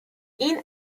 این